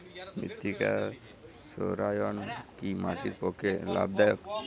মৃত্তিকা সৌরায়ন কি মাটির পক্ষে লাভদায়ক?